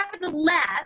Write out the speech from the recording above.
nevertheless